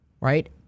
right